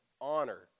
honor